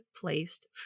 placed